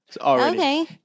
Okay